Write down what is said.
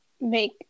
make